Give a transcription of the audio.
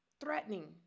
threatening